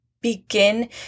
begin